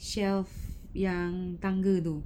shelf yang tangga tu